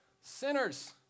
sinners